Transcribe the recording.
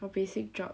for basic job